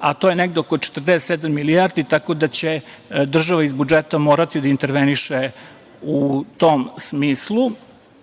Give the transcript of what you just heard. a to je negde oko 47 milijardi, tako da će država iz budžeta morati da interveniše u tom smislu. Ono